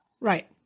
Right